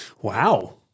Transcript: Wow